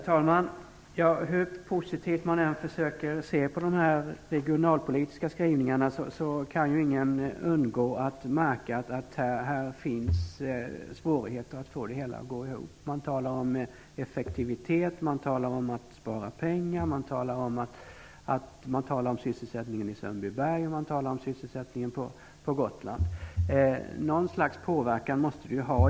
Herr talman! Hur positivt man än försöker se på de här regionalpolitiska skrivningarna kan ingen undgå att märka att det finns svårigheter att få det hela att gå ihop. Man talar om effektivitet, om att spara pengar, om sysselsättningen i Sundbyberg och om sysselsättningen på Gotland. Något slags påverkan måste det ju ha.